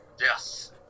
Yes